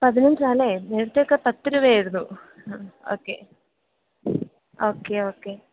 പതിനഞ്ചാണല്ലേ നേരത്തെയൊക്കെ പത്തു രൂപയായിരുന്നു ഓക്കെ ഓക്കെ ഓക്കെ